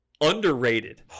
underrated